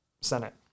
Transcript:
Senate